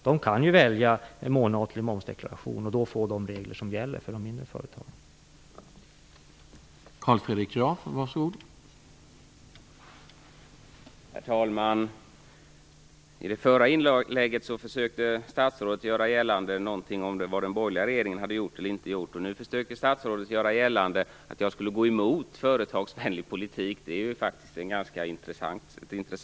De kan välja månatlig momsdeklaration och då få de regler som gäller för de mindre företagen.